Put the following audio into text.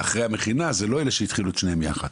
אחרי המכינה זה לא אלה שהתחילו את שניהם ביחד.